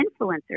influencers